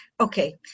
Okay